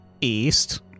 east